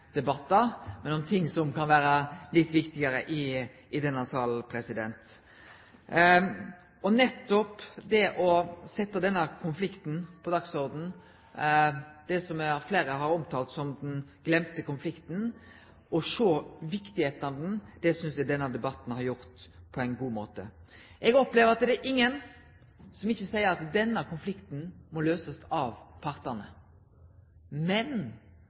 debattar om bompengar, om noko som kan vere litt viktigare i denne salen. Nettopp det å setje denne konflikten på dagsordenen, som fleire har omtalt som den gløymde konflikten, og sjå kor viktig han er, synest eg denne debatten har gjort på ein god måte. Eg opplever at det er ingen som ikkje seier at denne konflikten må løysast av partane. Men